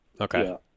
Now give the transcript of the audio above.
Okay